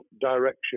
direction